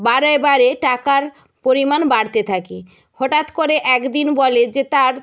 বারে বারে টাকার পরিমাণ বাড়তে থাকে হটাৎ করে একদিন বলে যে তার